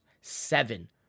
Seven